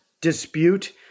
dispute